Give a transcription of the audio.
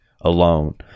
alone